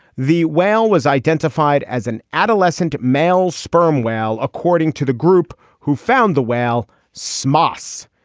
the whale was identified as an adolescent male sperm whale, according to the group who found the whale, samos.